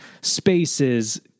spaces